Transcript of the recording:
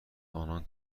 انان